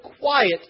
quiet